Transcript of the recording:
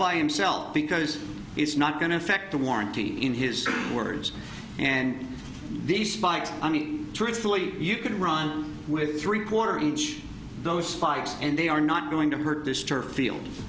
by himself because he's not going to affect the warranty in his words and these spikes truthfully you can run with three quarter inch those spikes and they are not going to hurt this turf field